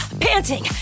panting